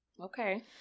Okay